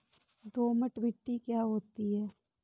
दोमट मिट्टी क्या होती हैं?